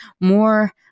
more